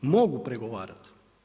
Mogu pregovarati.